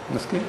מסכים.